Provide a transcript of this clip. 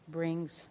brings